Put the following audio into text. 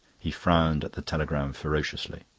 he frowned at the telegram ferociously.